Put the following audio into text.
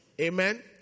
Amen